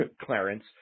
Clarence